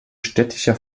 städtischer